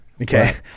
Okay